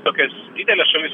tokia didelė šalis